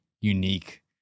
unique